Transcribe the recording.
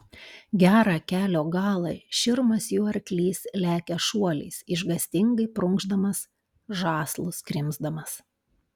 gerą kelio galą širmas jų arklys lekia šuoliais išgąstingai prunkšdamas žąslus krimsdamas